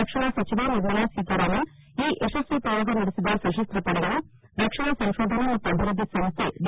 ರಕ್ಷಣಾ ಸಚಿವೆ ನಿರ್ಮಲಾ ಸೀತಾರಾಮನ್ ಈ ಯಶಸ್ವಿ ಪ್ರಯೋಗ ನಡೆಸಿದ ಸಶಸ್ತ್ರ ಪಡೆಗಳು ರಕ್ಷಣಾ ಸಂಶೋಧನಾ ಮತ್ತು ಅಭಿವ್ವದ್ದಿ ಸಂಸ್ಥೆ ಡಿ